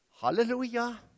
Hallelujah